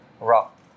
Rock